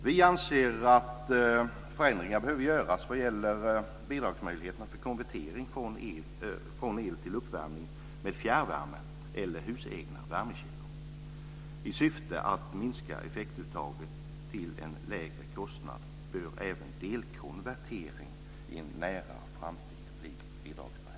Vi anser att förändringar behöver göras vad gäller bidragsmöjligheterna för konvertering från el till uppvärmning med fjärrvärme eller egna värmekällor i huset i syfte att minska effektuttaget. Till en lägre kostnad bör även delkonvertering i en nära framtid bli bidragsberättigat.